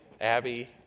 Abby